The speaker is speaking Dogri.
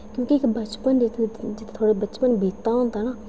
क्योंकि इक बचपन जित्थै जित्थै थुआढ़ा बचपन बीते दा होंदा ना